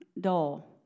dull